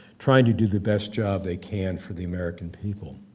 trying to do the best job they can for the american people.